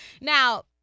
Now